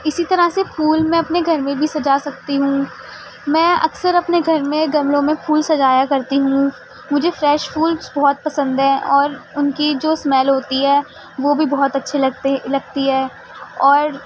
اسی طرح سے پھول میں اپنے گھر میں بھی سجا سکتی ہوں میں اکثر اپنے گھر میں گملوں میں پھول سجایا کرتی ہوں مجھے فریش فولس بہت پسند ہیں اور ان کی جو اسمیل ہوتی ہے وہ بھی بہت اچھی لگتے لگتی ہے اور